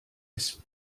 ist